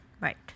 Right